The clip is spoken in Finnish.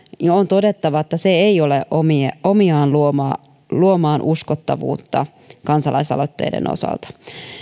niin on todettava että se ei ole omiaan luomaan luomaan uskottavuutta kansalaisaloitteiden osalta